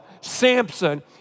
Samson